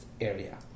area